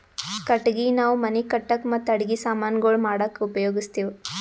ಕಟ್ಟಗಿ ನಾವ್ ಮನಿ ಕಟ್ಟಕ್ ಮತ್ತ್ ಅಡಗಿ ಸಮಾನ್ ಗೊಳ್ ಮಾಡಕ್ಕ ಉಪಯೋಗಸ್ತಿವ್